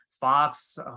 Fox